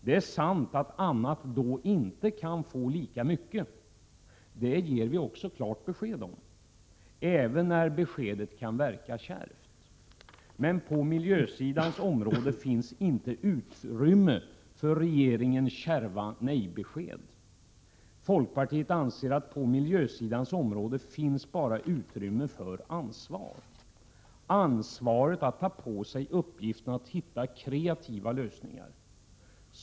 Det är sant att annat då inte kan få lika mycket. Det ger vi också klart besked om — även när beskedet kan verka kärvt. Men på miljösidans område finns inte utrymme för regeringens kärva nej-besked. Folkpartiet anser att det på miljöns område bara finns utrymme för ansvar, ansvaret att ta på sig uppgifterna att hitta kreativa lösningar.